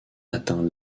atteint